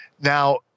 Now